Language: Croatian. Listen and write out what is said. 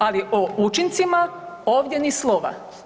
Ali o učincima ovdje ni slova.